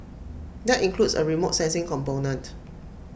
that includes A remote sensing component